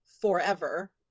forever